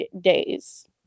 days